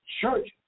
church